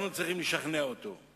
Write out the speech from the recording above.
כי מה צריך לחשוב הציבור על הדרך,